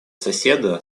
соседа